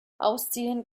ausziehen